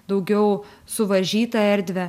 daugiau suvaržytą erdvę